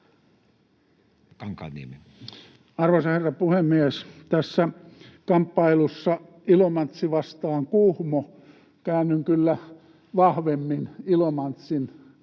Arvoisa herra puhemies! Tässä kamppailussa Ilomantsi vastaan Kuhmo käännyn kyllä vahvemmin Ilomantsin kannalle.